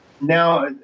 Now